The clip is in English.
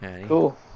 Cool